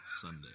Sunday